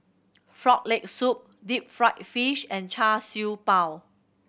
Frog Leg Soup deep fried fish and Char Siew Bao